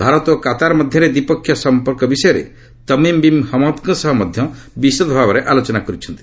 ଭାରତ ଓ କାତାର ମଧ୍ୟରେ ଦ୍ୱିପକ୍ଷୀୟ ସମ୍ପର୍କ ବିଷୟରେ ତମିମ ବିନ୍ ହମଦ୍ଙ୍କ ସହ ବିଷଦ ଭାବେ ଆଲୋଚନା କରିଛନ୍ତି